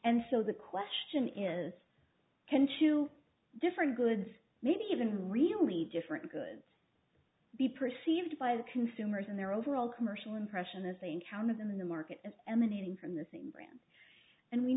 and so the question is can two different goods made even really different goods be perceived by the consumers in their overall commercial impression as they encounter them in the market and emanating from the same brand and we